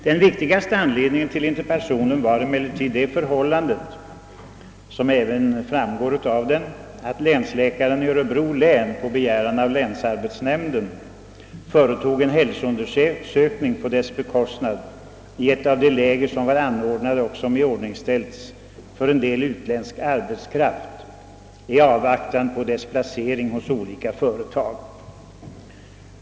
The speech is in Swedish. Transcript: Den viktigaste anledningen till interpellationen var emellertid, vilket även framgår av densamma, att länsläkaren i Örebro län på begäran av länsarbetsnämnden och på dess bekostnad företog en hälsoundersökning i ett av de läger som anordnats för en del utländsk arbetskraft i avvaktan på dess placering hos olika företag.